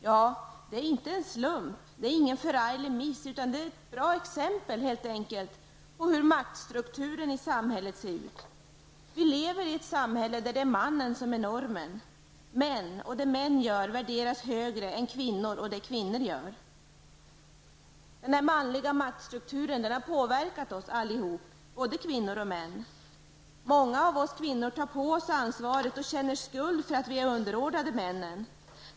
Ja, det är inte en slump eller en förarglig miss, utan helt enkelt ett bra exempel på hur maktstrukturen i samhället ser ut. Vi lever i ett samhälle där mannen är normen. Män och det män gör värderas högre än kvinnor och det kvinnor gör. Den manliga maktstrukturen har påverkat oss alla -- både kvinnor och män. Många av oss kvinnor tar på oss ansvaret och känner skuld för att vi är underordnade männen.